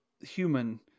human